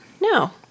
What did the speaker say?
No